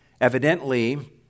Evidently